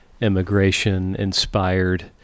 immigration-inspired